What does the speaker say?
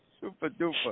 Super-duper